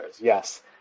Yes